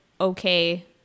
okay